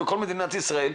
בכל מדינת ישראל.